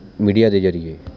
media ਦੇ ਜ਼ਰੀਏ